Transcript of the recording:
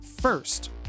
first